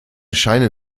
scheine